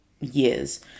years